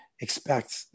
expect